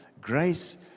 Grace